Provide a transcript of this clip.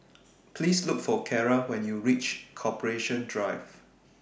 Please Look For Carra when YOU REACH Corporation Drive